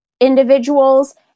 individuals